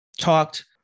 talked